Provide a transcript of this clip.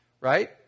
right